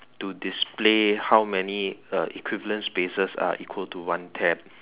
to display how many uh equivalent spaces are equal to one tab